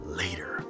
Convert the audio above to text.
later